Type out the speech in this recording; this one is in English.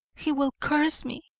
he will curse me,